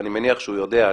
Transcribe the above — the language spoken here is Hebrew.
ואני מניח שהוא יודע,